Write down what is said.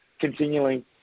continuing